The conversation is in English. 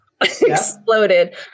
exploded